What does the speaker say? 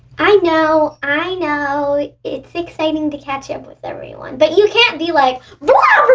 i know i know. it's exciting to catch up with everyone but you can't be like laughs